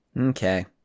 okay